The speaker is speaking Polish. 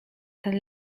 ten